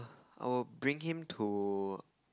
I will bring him to